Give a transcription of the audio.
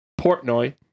Portnoy